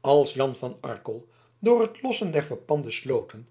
als jan van arkel door het lossen der verpande sloten